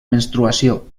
menstruació